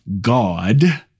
God